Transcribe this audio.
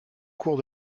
cours